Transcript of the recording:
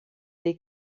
dei